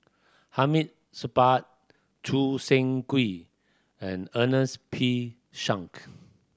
Hamid Supaat Choo Seng Quee and Ernest P Shank